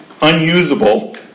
unusable